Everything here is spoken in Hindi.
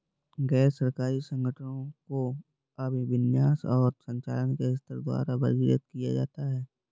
गैर सरकारी संगठनों को अभिविन्यास और संचालन के स्तर द्वारा वर्गीकृत किया जाता है